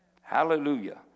Hallelujah